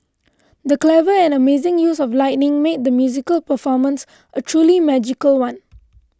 the clever and amazing use of lighting made the musical performance a truly magical one